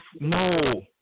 no